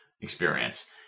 experience